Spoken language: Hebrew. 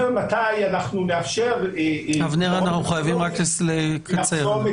-- אבנר, אתה חייב לקצר.